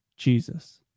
Jesus